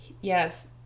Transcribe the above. Yes